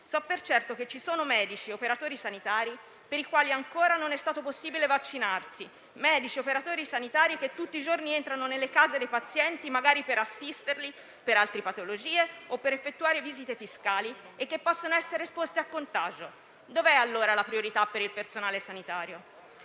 So per certo che ci sono medici e operatori sanitari per i quali ancora non è stato possibile vaccinarsi; medici e operatori sanitari che tutti i giorni entrano nelle case dei pazienti, magari per assisterli per altre patologie o per effettuare visite fiscali e che possono essere esposti al contagio. Dov'è allora la priorità per il personale sanitario?